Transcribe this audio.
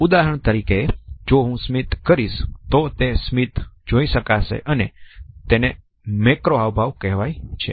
ઉદાહરણ તરીકે જો હું સ્મિત કરીશ તો તે સ્મિત જોઈ શકાશે અને તેને મેક્રો હાવભાવ કહેવાય છે